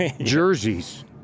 Jerseys